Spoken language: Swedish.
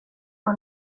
och